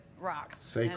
rocks